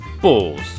balls